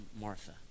Martha